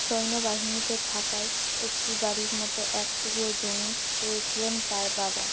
সৈন্যবাহিনীতে থাকায় একটি বাড়ির মতো এক টুকরো জমি পেয়েছিলেন তাঁর বাবা